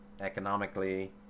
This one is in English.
economically